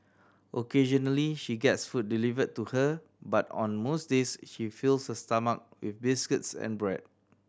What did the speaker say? occasionally she gets food delivered to her but on most days she fills her stomach with biscuits and bread